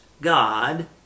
god